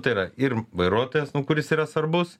tai yra ir vairuotojas kuris yra svarbus